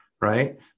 right